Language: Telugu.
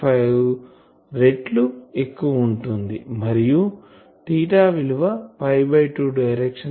5 రేట్లు ఎక్కువ ఉంటుంది మరియు విలువ 2 డైరెక్షన్ కి సమానం గా ఉంటుంది